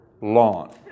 lawn